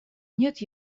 нет